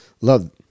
Love